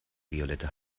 violette